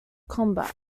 combat